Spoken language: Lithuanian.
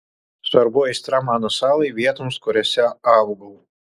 svarbu aistra mano salai vietoms kuriose augau